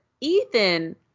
Ethan